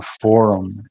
Forum